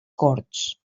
corts